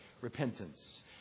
repentance